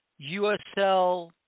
USL